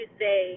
say